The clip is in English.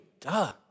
duh